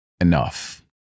enough